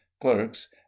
clerks